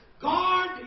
guard